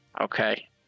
Okay